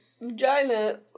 Vagina